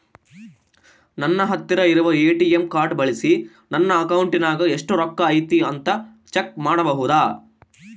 ನನ್ನ ಹತ್ತಿರ ಇರುವ ಎ.ಟಿ.ಎಂ ಕಾರ್ಡ್ ಬಳಿಸಿ ನನ್ನ ಅಕೌಂಟಿನಾಗ ಎಷ್ಟು ರೊಕ್ಕ ಐತಿ ಅಂತಾ ಚೆಕ್ ಮಾಡಬಹುದಾ?